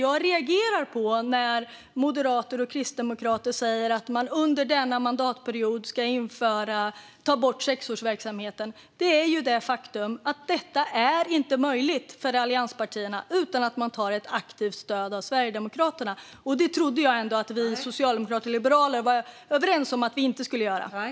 Jag reagerar när moderater och kristdemokrater säger att man under denna mandatperiod ska ta bort sexårsverksamheten. För faktum kvarstår: Detta är inte möjligt för allianspartierna såvida de inte tar ett aktivt stöd av Sverigedemokraterna. Jag trodde att vi socialdemokrater och liberaler var överens om att inte göra det.